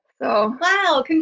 Wow